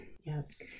Yes